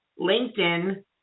LinkedIn